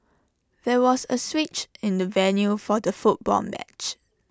there was A switch in the venue for the football match